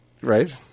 Right